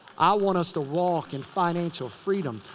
i want us to walk in financial freedom.